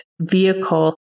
vehicle